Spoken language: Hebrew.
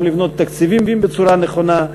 גם לבנות תקציבים בצורה נכונה.